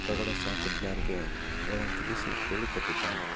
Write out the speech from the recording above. ಖಗೋಳ ಶಾಸ್ತ್ರಜ್ಞರಿಗೆ ಅವ್ಗಳ್ನ ತಿಳಿಸಿ ಹೇಳಿಕೊಟ್ಟಿದ್ದಾನೆ